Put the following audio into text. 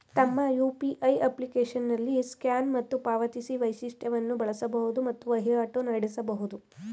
ತಮ್ಮ ಯು.ಪಿ.ಐ ಅಪ್ಲಿಕೇಶನ್ನಲ್ಲಿ ಸ್ಕ್ಯಾನ್ ಮತ್ತು ಪಾವತಿಸಿ ವೈಶಿಷ್ಟವನ್ನು ಬಳಸಬಹುದು ಮತ್ತು ವಹಿವಾಟು ನಡೆಸಬಹುದು